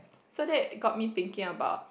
so that got me thinking about